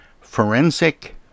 forensic